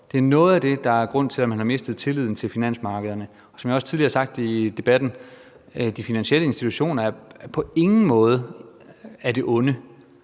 det er noget af det, der er grunden til, at man har mistet tilliden til finansmarkederne. Og som jeg også tidligere har sagt i debatten, er de finansielle institutioner på ingen måde af det onde.